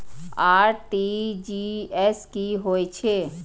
RTGS की होय छै